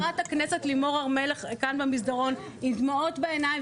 אני פגשתי את חברת הכנסת לימור הר מלך עם דמעות בעיניים,